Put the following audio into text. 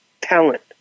talent